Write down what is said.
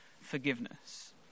forgiveness